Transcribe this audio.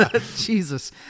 Jesus